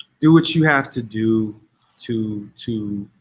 do what you have to do to to